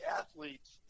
athletes